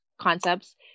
concepts